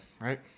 right